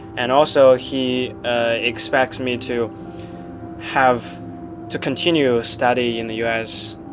and also, he expects me to have to continue study in the u s.